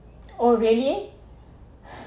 oh really